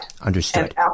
Understood